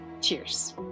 Cheers